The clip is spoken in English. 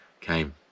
came